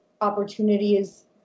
opportunities